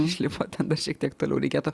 išlipat ten dar šiek tiek toliau reikėtų